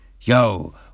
yo